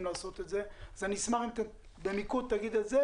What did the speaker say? לעשות את זה אז אני אשמח שבמיקוד תתייחס גם